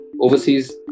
overseas